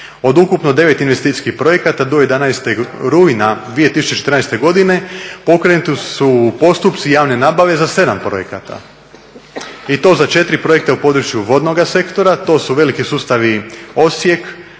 Od ukupno 9 investicijskih projekata do 11. rujna 2014. godine pokrenuti su postupci javne nabave za 7 projekata. I to za četiri projekta u području vodnoga sektora, to su veliki sustavi Osijek,